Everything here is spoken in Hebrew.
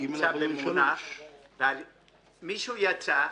מישהו יצא,